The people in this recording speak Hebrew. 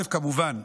כמובן,